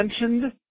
mentioned